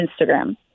Instagram